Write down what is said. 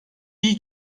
iyi